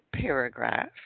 paragraph